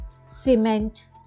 cement